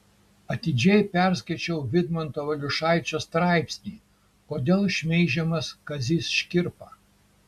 atidžiai perskaičiau vidmanto valiušaičio straipsnį kodėl šmeižiamas kazys škirpa